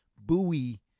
buoy